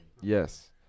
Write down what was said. Yes